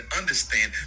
understand